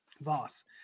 Voss